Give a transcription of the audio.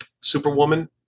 Superwoman